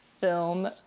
film